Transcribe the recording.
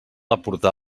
aportar